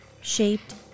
shaped